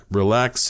relax